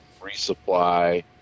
resupply